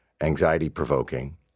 anxiety-provoking